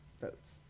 votes